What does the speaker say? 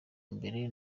mbere